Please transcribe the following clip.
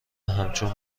همچون